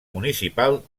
municipal